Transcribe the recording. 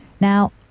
Now